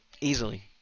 Easily